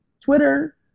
Twitter